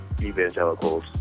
Evangelicals